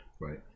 Right